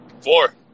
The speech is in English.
Four